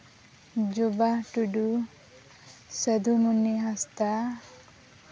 ᱡᱚᱵᱟ ᱴᱩᱰᱩ ᱥᱟᱹᱫᱷᱩᱢᱚᱱᱤ ᱦᱟᱸᱥᱫᱟ